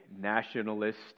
nationalist